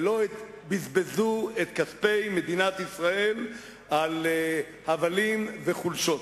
ולא בזבזו את כספי מדינת ישראל על הבלים וחולשות.